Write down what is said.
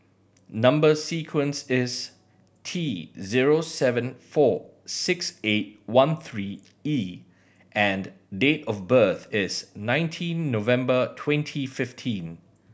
number sequence is T zero seven four six eight one three E and date of birth is nineteen November twenty fifteen